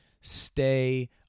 stay